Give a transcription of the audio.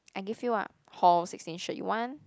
I give you ah hall sixteen shirt you want